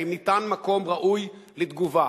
האם ניתן מקום ראוי לתגובה.